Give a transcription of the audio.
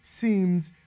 seems